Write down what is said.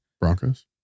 Broncos